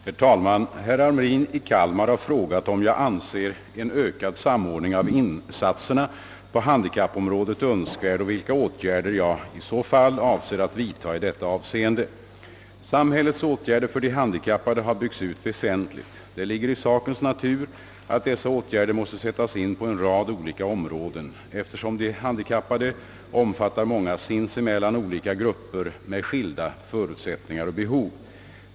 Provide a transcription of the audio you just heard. Herr talman! Herr Hamrin i Kalmar har frågat, om jag anser en ökad samordning av insatserna på handikappområdet önskvärd och vilka åtgärder jag i så fall avser att vidta i detta avseende. Samhällets åtgärder för de handikappade har byggts ut väsentligt. Det ligger i sakens natur att dessa åtgärder måste sättas in på en rad olika områden, eftersom de handikappade omfattar många sinsemellan olika grupper med skilda förutsättningar och behov.